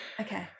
Okay